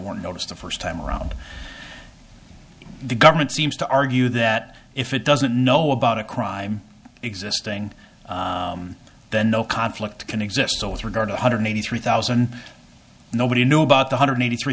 were noticed the first time around the government seems to argue that if it doesn't know about a crime existing then no conflict can exist so with regard to one hundred eighty three thousand nobody knew about one hundred eighty three